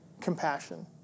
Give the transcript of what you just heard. compassion